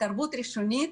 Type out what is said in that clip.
התערבות ראשונית,